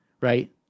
right